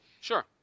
Sure